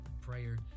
prayer